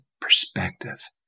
perspective